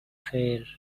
fair